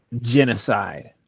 genocide